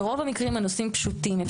ברוב המקרים הנושאים פשוטים.